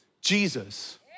Jesus